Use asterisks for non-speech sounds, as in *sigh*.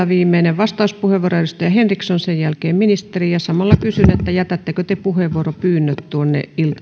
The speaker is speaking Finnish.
*unintelligible* viimeinen vastauspuheenvuoro edustaja henriksson sen jälkeen ministeri samalla kysyn jätättekö te puheenvuoropyynnöt tuonne